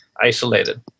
isolated